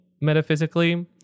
metaphysically